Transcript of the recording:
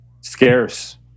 scarce